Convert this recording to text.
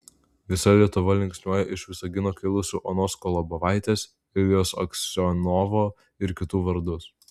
visa lietuva linksniuoja iš visagino kilusių onos kolobovaitės iljos aksionovo ir kitų vardus